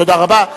תודה רבה.